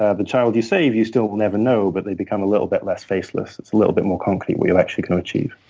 ah the child you save, you still will never know, but they become a little bit less faceless. it's a little bit more concrete, what you actually can achieve.